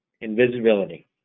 Invisibility